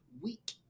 week